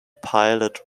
pilot